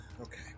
Okay